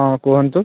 ହଁ କୁହନ୍ତୁ